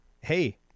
hey